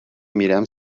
میرم